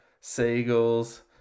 Seagulls